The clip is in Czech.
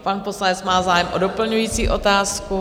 Pan poslanec má zájem o doplňující otázku.